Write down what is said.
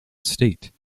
state